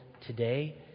today